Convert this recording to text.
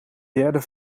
derde